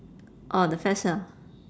orh the fat cell